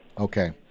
Okay